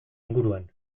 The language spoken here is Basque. inguruan